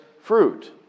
fruit